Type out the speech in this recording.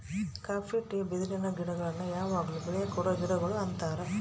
copy tea ಬಿದಿರಿನ ಗಿಡಗುಳ್ನ ಯಾವಗ್ಲು ಬೆಳೆ ಕೊಡೊ ಗಿಡಗುಳು ಅಂತಾರ